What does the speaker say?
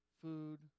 food